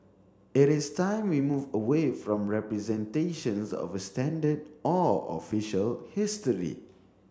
it is time we move away from representations of a standard or official history